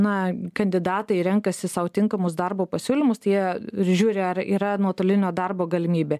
na kandidatai renkasi sau tinkamus darbo pasiūlymus tai jie žiūri ar yra nuotolinio darbo galimybė